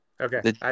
Okay